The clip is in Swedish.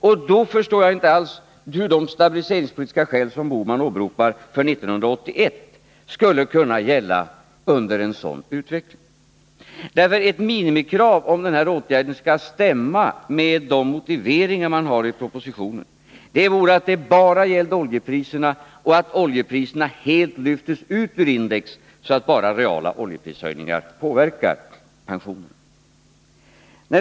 Jag förstår inte alls hur de stabiliseringspolitiska skälsom Gösta Bohman åberopar för 1981 skulle kunna gälla under en sådan utveckling. Om den här åtgärden skall stämma med motiveringarna i propositionen, är det ett minimikrav att det bara gäller oljepriserna och att dessa helt lyfts ut ur index, så att bara reala oljeprishöjningar får påverka pensionerna.